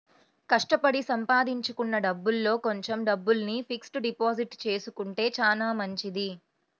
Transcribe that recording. కష్టపడి సంపాదించుకున్న డబ్బుల్లో కొంచెం డబ్బుల్ని ఫిక్స్డ్ డిపాజిట్ చేసుకుంటే చానా మంచిది